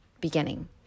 beginning